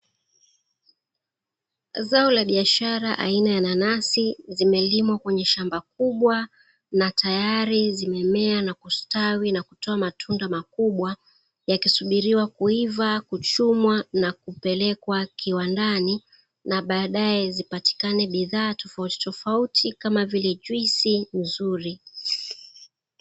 Zao la biashara aina ya nanasi, zimelimwa kwenye shamba kubwa na tayari zimemea na kustawi na kutoa matunda makubwa, yakisuburiwa kuiva, kuchumwa na kupelekwa kiwandani na baadaye zipatikane bidhaa tofautitofauti kama vile juisi nzuri.